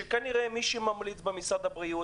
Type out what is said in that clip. שכנראה מי שקובע במשרד הבריאות,